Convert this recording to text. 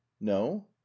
no